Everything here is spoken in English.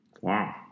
Wow